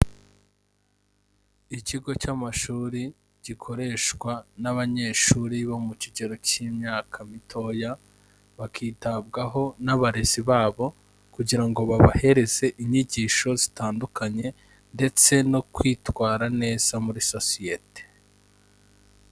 Ikigo cy'amashuri gikoreshwa n'abanyeshuri bo mu kigero cy'imyaka mitoya, bakitabwaho n'abarezi babo kugira ngo babahereze inyigisho zitandukanye ndetse no kwitwara neza muri sosiyete.